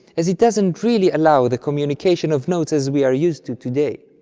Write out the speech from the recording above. as it doesn't really allow the communication of notes as we are used to today.